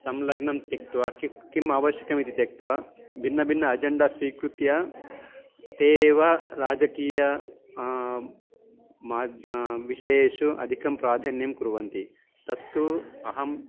संलग्नं त्यक्तवा किं किम् आवश्यकमिति त्यक्त्वा भिन्नभिन्न अजेण्डा स्वीकृत्य ते एव राजकीयं माद् विषयेषु अधिकं प्राधन्यं कुर्वन्ति तत्तु अहं